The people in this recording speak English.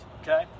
okay